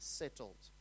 settled